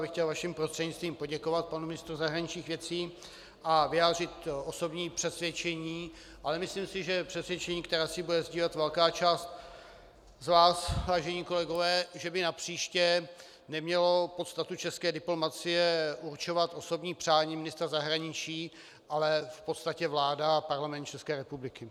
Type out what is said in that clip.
Já bych chtěl vaším prostřednictvím poděkovat panu ministru zahraničních věcí a vyjádřit osobní přesvědčení, ale myslím si, že přesvědčení, které asi bude sdílet velká část z vás, vážení kolegové, že by napříště nemělo podstatu české diplomacie určovat osobní přání ministra zahraničí, ale v podstatě vláda a Parlament České republiky.